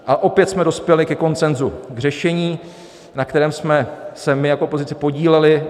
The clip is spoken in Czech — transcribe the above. A opět jsme dospěli ke konsenzu, k řešení, na kterém jsme se my jako opozice podíleli.